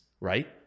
right